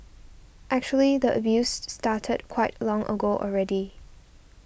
actually the abused started quite long ago already